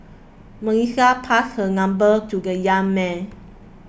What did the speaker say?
Melissa passed her number to the young man